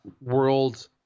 world